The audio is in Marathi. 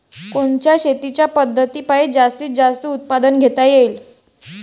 कोनच्या शेतीच्या पद्धतीपायी जास्तीत जास्त उत्पादन घेता येईल?